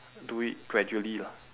do it gradually lah